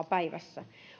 päivässä